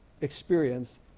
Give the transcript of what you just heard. experience